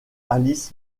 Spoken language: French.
alice